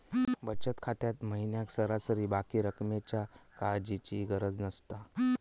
बचत खात्यात महिन्याक सरासरी बाकी रक्कमेच्या काळजीची गरज नसता